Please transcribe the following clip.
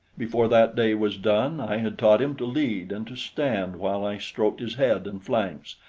before that day was done, i had taught him to lead and to stand while i stroked his head and flanks,